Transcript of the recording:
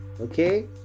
okay